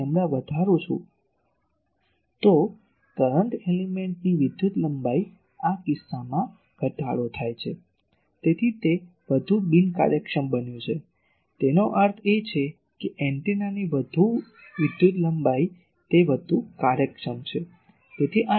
જો હું લેમ્બડા વધારું છું તો કરંટ એલીમેન્ટની વિદ્યુત લંબાઈ આ કિસ્સામાં ઘટાડો થયો છે અને તેથી તે વધુ બિનકાર્યક્ષમ બન્યું છે તેનો અર્થ એ કે એન્ટેનાની વધુ વિદ્યુત લંબાઈ તે વધુ કાર્યક્ષમ છે